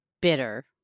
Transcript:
bitter